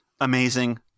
Amazing